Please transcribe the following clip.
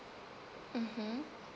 mmhmm